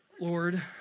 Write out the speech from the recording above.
Lord